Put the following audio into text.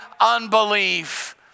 unbelief